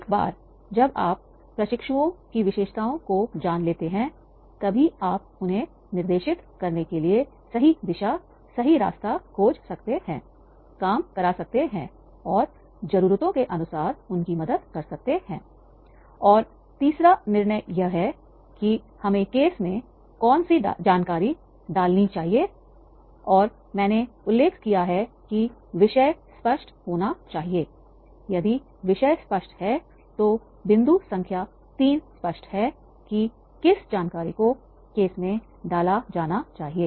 एक बार जब आप प्रशिक्षुओं की विशेषताओं को जान लेते हैं तभी आप उन्हें निर्देशित करने के लिए सही दिशा सही रास्ता खोज सकते हैं काम कर सकते हैं और ज़रूरतों के अनुसार उनकी मदद कर सकते हैं और तीसरा निर्णय यह है कि हमें केस में कौन सी जानकारी डालनी चाहिए और मैंने उल्लेख किया है कि विषय स्पष्ट होना चाहिए यदि विषय स्पष्ट है तो बिंदु संख्या 3 स्पष्ट है कि किस जानकारी को केस में डाला जाना चाहिए